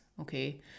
okay